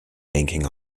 banking